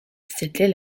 c’était